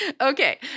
Okay